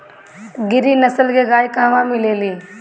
गिरी नस्ल के गाय कहवा मिले लि?